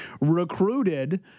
recruited